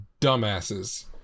dumbasses